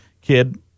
kid